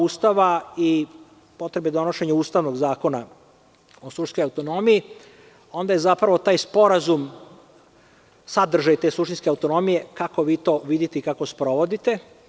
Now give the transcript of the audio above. Ustava i potrebe donošenja ustavnog zakona o suštinskoj autonomiji onda je zapravo taj sporazum sadržaj te suštinske autonomije kako vi to vidite i kako sprovodite.